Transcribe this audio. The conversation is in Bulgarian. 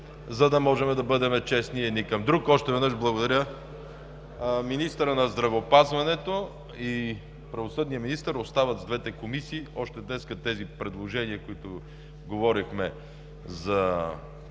за да можем да бъдем честни един към друг. Още веднъж благодаря. Министърът на здравеопазването и правосъдният министър остават с двете комисии, още днес тези предложения, по които говорихме –